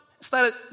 started